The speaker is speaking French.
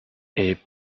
est